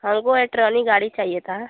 हमको एट्रॉनी गाड़ी चाहिए था